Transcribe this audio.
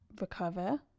recover